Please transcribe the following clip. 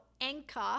anchor